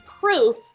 proof